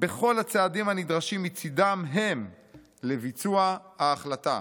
בכל הצעדים הנדרשים מצדם הם לביצוע ההחלטה.